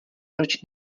proč